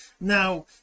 Now